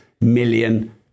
million